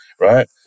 Right